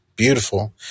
Beautiful